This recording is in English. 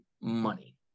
money